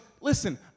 listen